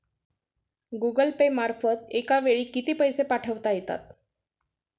Google Pay मार्फत एका वेळी किती पैसे पाठवता येतात?